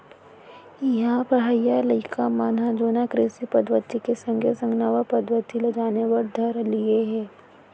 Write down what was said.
इहां पढ़इया लइका मन ह जुन्ना कृषि पद्धति के संगे संग नवा पद्धति ल जाने बर धर लिये हें